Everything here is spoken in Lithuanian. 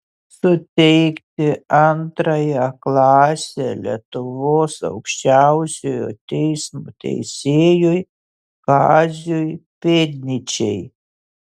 suteikti antrąją klasę lietuvos aukščiausiojo teismo teisėjui kaziui pėdnyčiai